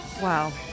Wow